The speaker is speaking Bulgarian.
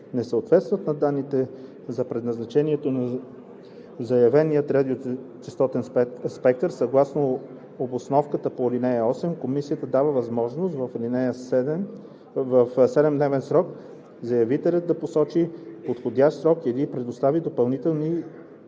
не съответстват на данните за предназначението на заявения радиочестотен спектър, съгласно обосновката по ал. 8, комисията дава възможност, в 7-дневен срок, заявителят да посочи подходящ срок или да предостави допълнителни